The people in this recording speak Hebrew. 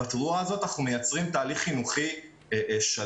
בצורה הזאת אנחנו מייצרים תהליך חינוכי שלם